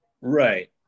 Right